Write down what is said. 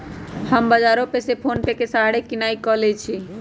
हम बजारो से फोनेपे के सहारे किनाई क लेईछियइ